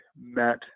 met